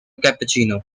cappuccino